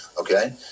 okay